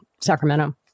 Sacramento